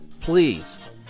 please